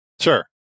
Sure